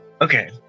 Okay